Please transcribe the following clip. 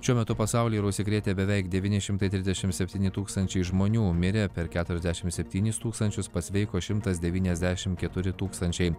šiuo metu pasaulyje yra užsikrėtę beveik devyni šimtai trisdešimt septyni tūkstančiai žmonių mirė per keturiasdešimt septynis tūkstančius pasveiko šimtas devyniasdešimt keturi tūkstančiai